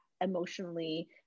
emotionally